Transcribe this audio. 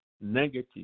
Negative